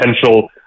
potential